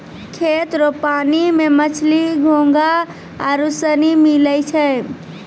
खेत रो पानी मे मछली, घोंघा आरु सनी मिलै छै